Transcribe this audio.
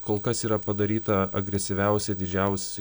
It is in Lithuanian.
kol kas yra padaryta agresyviausia didžiausi